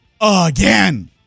again